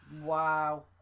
wow